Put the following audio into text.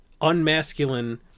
unmasculine